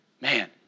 Man